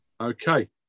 Okay